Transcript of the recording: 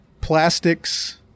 plastics